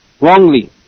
wrongly